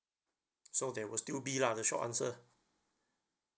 so there will still be lah the short answer